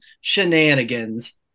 shenanigans